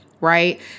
right